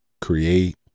Create